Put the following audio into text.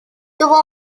tuvo